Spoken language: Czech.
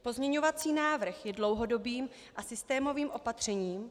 Pozměňovací návrh je dlouhodobým a systémovým opatřením.